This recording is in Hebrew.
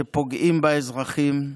שפוגעים באזרחים,